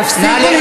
תפסיקו לצעוק.